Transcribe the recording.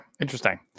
Interesting